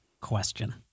question